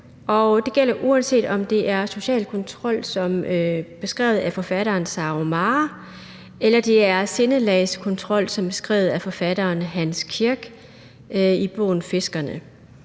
det gælder, uanset om det er social kontrol som beskrevet af forfatteren Sara Omar, eller om det er sindelagskontrol som beskrevet af forfatteren Hans Kirk i bogen »Fiskerne«.